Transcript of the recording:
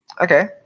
Okay